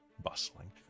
bustling